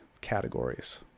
categories